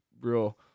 real